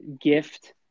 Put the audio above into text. gift